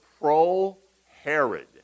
pro-Herod